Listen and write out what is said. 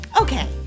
Okay